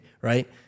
right